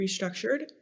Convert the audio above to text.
restructured